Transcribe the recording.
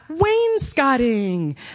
wainscoting